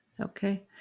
Okay